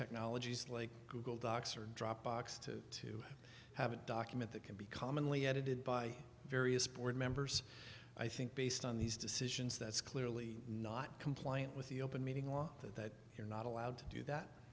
technologies like google docs or dropbox to to have a document that can be commonly edited by various board members i think based on these decisions that's clearly not compliant with the open meeting law that you're not allowed to do that